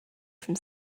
from